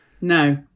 No